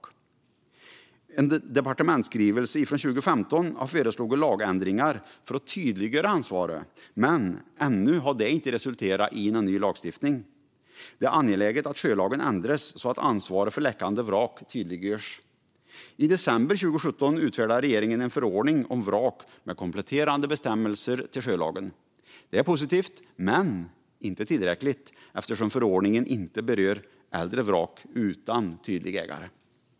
I en departementsskrivelse från 2015 har man föreslagit lagändringar för att tydliggöra ansvaret, men ännu har de inte resulterat i ny lagstiftning. Det är angeläget att sjölagen ändras så att ansvaret för läckande vrak tydliggörs. I december 2017 utfärdade regeringen en förordning om vrak med kompletterande bestämmelser till sjölagen. Det är positivt men inte tillräckligt eftersom förordningen inte berör äldre vrak utan tydlig ägare.